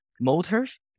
motors